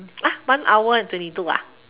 !huh! one hour and twenty two